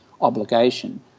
obligation